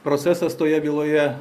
procesas toje byloje